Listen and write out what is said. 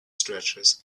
stretches